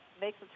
makes